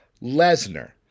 Lesnar